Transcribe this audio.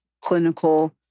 clinical